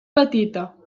petita